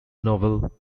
novel